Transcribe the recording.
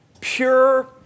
pure